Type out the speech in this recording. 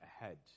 ahead